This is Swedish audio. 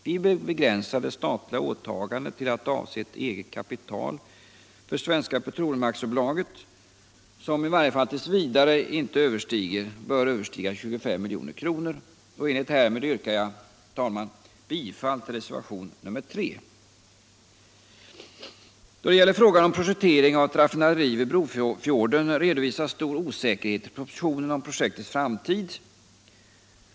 Vi vill begränsa det statliga åtagandet till att avse ett eget kapital för Svenska Petroleum AB som i varje fall t. v. inte bör överstiga 25 milj.kr. I enlighet härmed yrkar jag, herr talman, bifall till reservationen 3. Då det gäller frågan om en projektering av ett raffinaderi i Brofjorden redovisas stor osäkerhet i propositionen om projektets framtid.